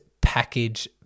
package